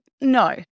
no